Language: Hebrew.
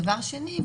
דבר שני,